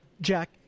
Jack